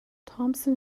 thompson